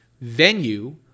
venue